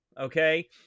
Okay